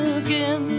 again